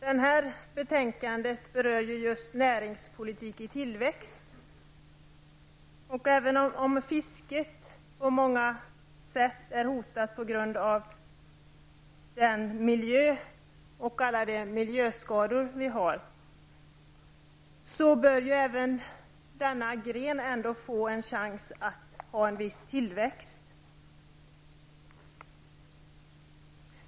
Detta betänkande berör just näringspolitik i tillväxt. Även om fisket på många sätt är hotat på grund av den miljö och alla de miljöskador som finns, bör även denna gren få en chans att ha en viss tillväxt.